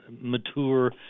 mature